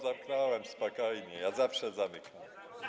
Zamknąłem, spokojnie, ja zawsze zamykam.